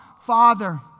Father